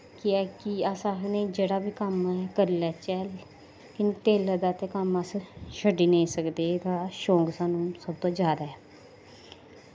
कि अस आखने जेह्ड़ा बी कम्म करी लैचै टेलर दा ते कम्म अस छड़ी निं सकदे एह्दा शौंक सानूं सब तो जैदा ऐ